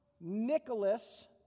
Nicholas